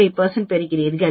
5 பெறுவீர்கள்